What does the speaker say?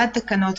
באים לחתונה,